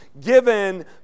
given